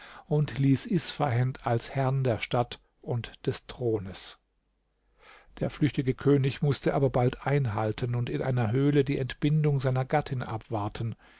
und ließ isfahend als herrn der stadt und des thrones der flüchtige könig mußte aber bald einhalten und in einer höhle die entbindung seiner gattin abwarten